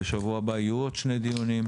בשבוע הבא יהיו עוד שני דיונים.